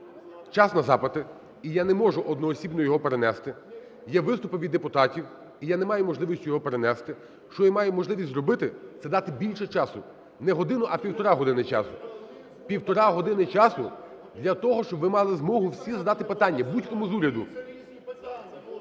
час на запити, і я не можу одноосібно його перенести, є виступи від депутатів, і я не маю можливості його перенести. Що я маю можливість зробити, це дати більше часу, не годину, а півтори години часу. Півтори години часу для того, щоб ви мали змогу всі задати питання будь-кому з уряду.